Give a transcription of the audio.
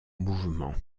mouvements